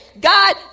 God